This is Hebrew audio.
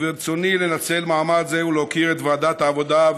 וברצוני לנצל מועד זה ולהוקיר את ועדת העבודה,